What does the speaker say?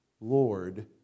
Lord